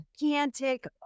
gigantic